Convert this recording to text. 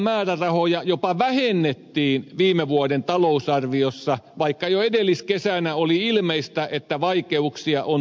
työvoimapolitiikan määrärahoja jopa vähennettiin viime vuoden talousarviossa vaikka jo edelliskesänä oli ilmeistä että vaikeuksia on tulossa